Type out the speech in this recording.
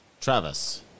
Travis